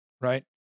right